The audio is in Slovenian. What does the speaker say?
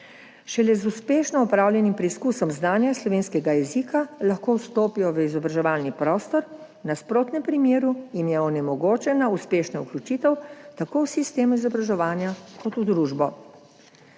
Šele z uspešno opravljenim preizkusom znanja slovenskega jezika lahko vstopijo v izobraževalni prostor, v nasprotnem primeru jim je onemogočena uspešna vključitev tako v sistem izobraževanja kot v družbo.